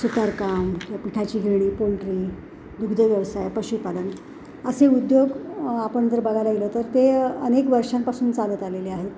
सुतारकाम या पिठाची गिरणी पोल्ट्री दुग्धव्यवसाय पशुपालन असे उद्योग आपण जर बघायला गेलो तर ते अनेक वर्षांपासून चालत आलेले आहेत